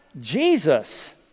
Jesus